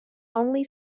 only